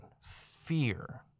fear